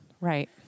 Right